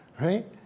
Right